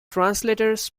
translators